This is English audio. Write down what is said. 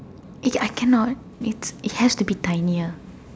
it I cannot it has to be tinier